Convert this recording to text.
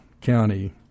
county –